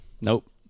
Nope